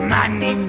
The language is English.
Money